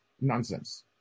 nonsense